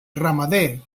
ramader